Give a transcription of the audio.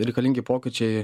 reikalingi pokyčiai